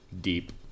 Deep